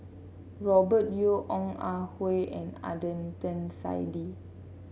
Robert Yeo Ong Ah Hoi and Adnan Saidi